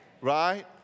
Right